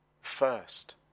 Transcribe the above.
first